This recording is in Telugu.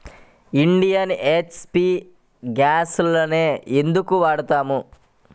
ఇండియన్, హెచ్.పీ గ్యాస్లనే ఎందుకు వాడతాము?